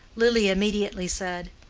lily immediately said,